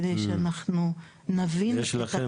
כדי שאנחנו נבין את החשיבות --- יש לכם